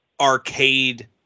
arcade